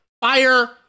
Fire